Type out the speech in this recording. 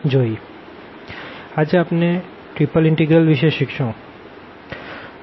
આજે આપણે triple integrals વિષે શીખશું